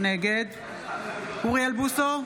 נגד אוריאל בוסו,